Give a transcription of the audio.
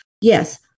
yes